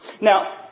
Now